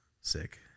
Sick